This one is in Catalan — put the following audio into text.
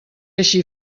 així